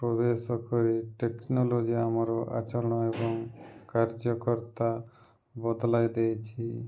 ପ୍ରବେଶ କରି ଟେକ୍ନୋଲୋଜି ଆମର ଆଚରଣ ଏବଂ କାର୍ଯ୍ୟକର୍ତ୍ତା ବଦଲାଇ ଦେଇଛି